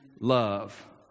love